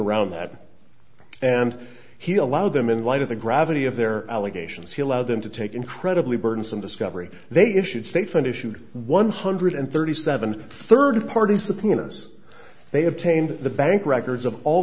around that and he allowed them in light of the gravity of their allegations he allowed them to take incredibly burdensome discovery they issued state funded shoot one hundred thirty seven third party subpoenas they obtained the bank records of all